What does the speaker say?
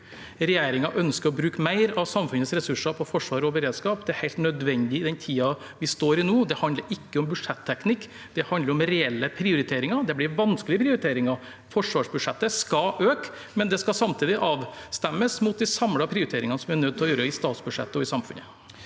Regjeringen ønsker å bruke mer av samfunnets ressurser på forsvar og beredskap. Det helt nødvendig i den tiden vi står i nå. Det handler ikke om budsjetteknikk. Det handler om reelle prioriteringer. Det blir vanskelige prioriteringer. Forsvarsbudsjettet skal øke, men det skal samtidig avstemmes mot de samlede prioriteringene som vi er nødt til å gjøre i statsbudsjettet og i samfunnet.